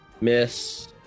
Miss